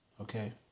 Okay